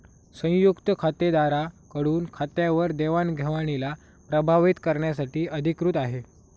संयुक्त खातेदारा कडून खात्यावर देवाणघेवणीला प्रभावीत करण्यासाठी अधिकृत आहे